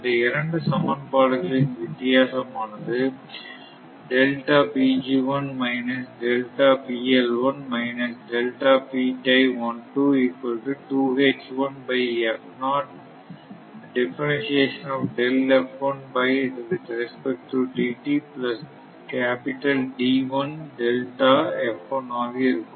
இந்த இரண்டு சமன்பாடுகளின் வித்தியாசமானது ஆக இருக்கும்